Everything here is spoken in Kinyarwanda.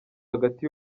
hagati